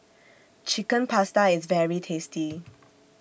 Chicken Pasta IS very tasty